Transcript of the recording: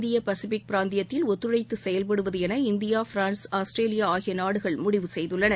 இந்திய பசிபிக் பிராந்தியத்தில் ஒத்துழைத்துசெயல்படுவதுஎன இந்தியா பிரான்ஸ் ஆஸ்திரேலியாஆகியநாடுகள் முடிவு செய்துள்ளன